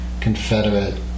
Confederate